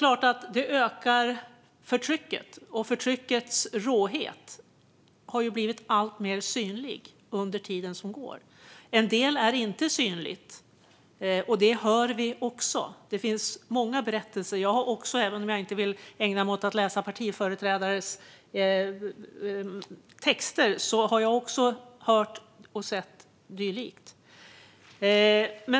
Förtrycket ökar, och dess råhet har blivit alltmer synlig. En del är dock inte synligt, och det hör vi också om i många berättelser. Även om jag inte ägnar mig åt att läsa partiföreträdares texter har jag både hört och sett dylikt.